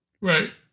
Right